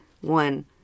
one